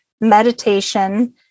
meditation